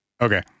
okay